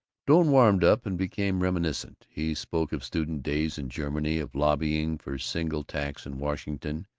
doane warmed up and became reminiscent. he spoke of student days in germany, of lobbying for single tax in washington,